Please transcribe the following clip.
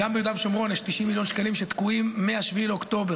גם ביהודה ושומרון יש 90 מיליון שקלים שתקועים מ-7 באוקטובר,